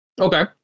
okay